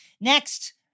next